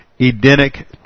Edenic